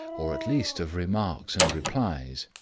or at least of remarks and replies,